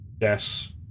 Yes